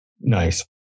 Nice